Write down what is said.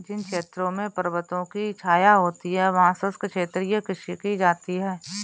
जिन क्षेत्रों में पर्वतों की छाया होती है वहां शुष्क क्षेत्रीय कृषि की जाती है